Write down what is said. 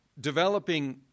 developing